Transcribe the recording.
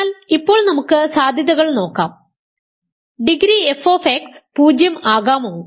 അതിനാൽ ഇപ്പോൾ നമുക്ക് സാധ്യതകൾ നോക്കാം ഡിഗ്രി f 0 ആകാമോ